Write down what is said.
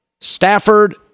Stafford